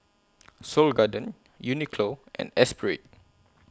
Seoul Garden Uniqlo and Espirit